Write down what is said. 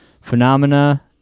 phenomena